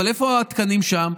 אבל איפה התקנים שם?